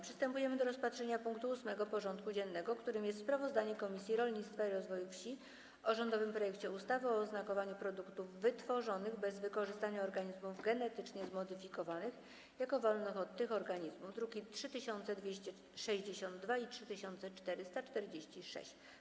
Przystępujemy do rozpatrzenia punktu 8. porządku dziennego: Sprawozdanie Komisji Rolnictwa i Rozwoju Wsi o rządowym projekcie ustawy o oznakowaniu produktów wytworzonych bez wykorzystania organizmów genetycznie zmodyfikowanych jako wolnych od tych organizmów (druki nr 3262 i 3446)